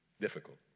Difficult